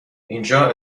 اینجا